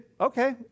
okay